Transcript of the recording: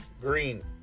Green